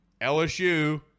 LSU